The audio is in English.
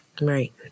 Right